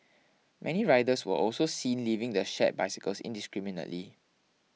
many riders were also seen leaving the shared bicycles indiscriminately